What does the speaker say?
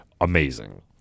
amazing